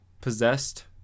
possessed